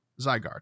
Zygarde